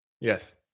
Yes